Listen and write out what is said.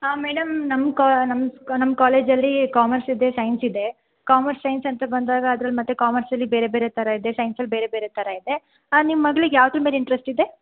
ಹಾಂ ಮೇಡಮ್ ನಮ್ಮ ಕಾ ನಮ್ಮ ನಮ್ಮ ಕಾಲೇಜಲ್ಲಿ ಕಾಮರ್ಸಿದೆ ಸೈನ್ಸಿದೆ ಕಾಮರ್ಸ್ ಸೈನ್ಸ್ ಅಂತ ಬಂದಾಗ ಅದ್ರಲ್ಲಿ ಮತ್ತು ಕಾಮರ್ಸಲ್ಲಿ ಬೇರೆ ಬೇರೆ ಥರ ಇದೆ ಸೈನ್ಸಲ್ಲಿ ಬೇರೆ ಬೇರೆ ಥರ ಇದೆ ಹಾಂ ನಿಮ್ಮ ಮಗ್ಳಿಗೆ ಯಾವ್ದ್ರ ಮೇಲೆ ಇಂಟ್ರೆಸ್ಟಿದೆ